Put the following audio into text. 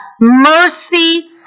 mercy